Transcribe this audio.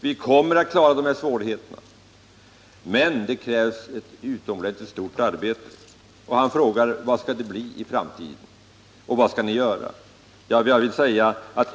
Vi kommer att klara de här svårigheterna, men det krävs ett utomordentligt stort arbete. Oswald Söderqvist frågar: Vad skall det bli i framtiden och vad skall ni göra?